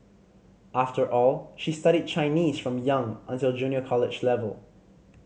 after all she studied Chinese from young until junior college level